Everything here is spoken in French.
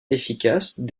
efficace